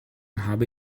habe